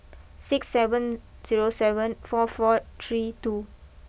six seven zero seven four four three two